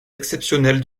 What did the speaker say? exceptionnelle